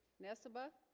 nessebar